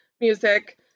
music